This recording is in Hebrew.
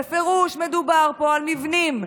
בפירוש מדובר פה על מבנים,